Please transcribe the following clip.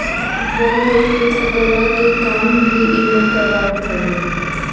वन में पेड़ लगवला के काम भी इ लोग करवावत हवे